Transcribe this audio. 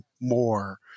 more